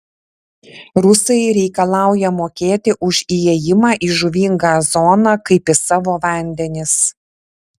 rusai reikalauja mokėti už įėjimą į žuvingą zoną kaip į savo vandenis